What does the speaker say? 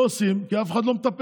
לא עושים, כי אף אחד לא מטפל.